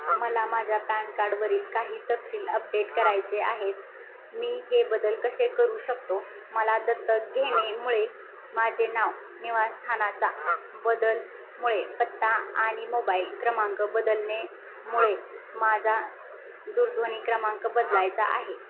मला माझ्या पॅन कार्डवरील काही तपशील अपडेट करायचे आहेत मी हे बदल कसे करू शकतो मला दत्तक घेणे मुळे माझे नाव निवासस्थानाचा बदल मुळे पत्ता आणि मोबाईल क्रमांक बदलणे मुळे माझा दूरध्वनी क्रमांक बदलायचा आहे